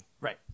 right